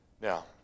Now